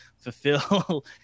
fulfill